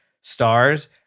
stars